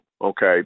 okay